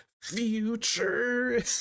future